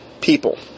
people